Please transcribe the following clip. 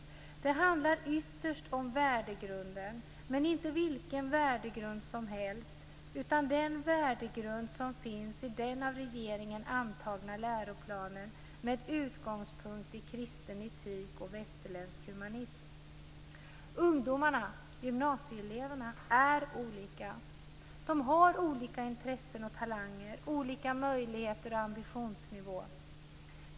Det handlar ytterst om värdegrunden. Men inte vilken värdegrund som helst, utan den värdegrund som finns i den av regeringen antagna läroplanen, med utgångspunkt i kristen etik och västerländsk humanism. Ungdomarna, gymnasieeleverna är olika. De har olika intressen och talanger, olika möjligheter och ambitionsnivå.